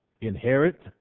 inherit